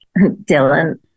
Dylan